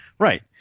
Right